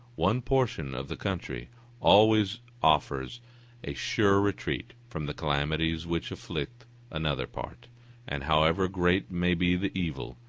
one portion of the country always offers a sure retreat from the calamities which afflict another part and however great may be the evil,